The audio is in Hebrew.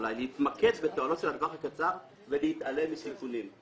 אולי להתמקד בתועלות של הטווח הקצר ולהתעלם מסיכונים.